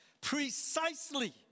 Precisely